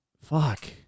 Fuck